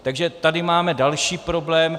Takže tady máme další problém.